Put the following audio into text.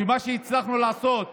שמה שהצלחנו לעשות